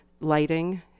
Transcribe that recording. lighting